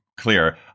clear